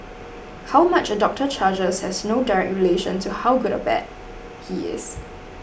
how much a doctor charges has no direct relation to how good or bad he is